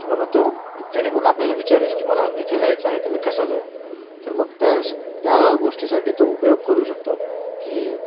की बाबा तो जेणेकरून आपल्याला विचारेल की मला इथे जायचं आहे तर मी कसं जाऊ तर मग त्या त्या गोष्टीसाठी तो उपयोग करू शकतो की